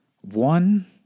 one